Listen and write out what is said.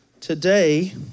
today